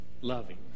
loving